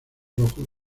rojo